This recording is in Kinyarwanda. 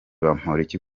bamporiki